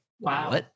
Wow